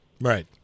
Right